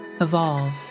evolve